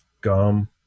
gum